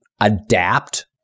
Adapt